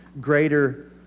greater